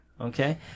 okay